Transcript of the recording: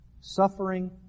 Suffering